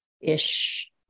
ish